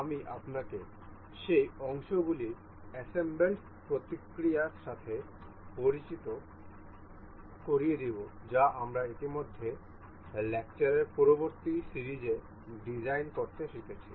আমি আপনাকে সেই অংশগুলির অ্যাসেম্বলড প্রক্রিয়ার সাথে পরিচয় করিয়ে দেব যা আমরা ইতিমধ্যে লেকচারের পূর্ববর্তী সিরিজে ডিজাইন করতে শিখেছি